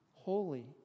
Holy